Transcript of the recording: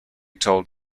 told